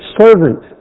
servant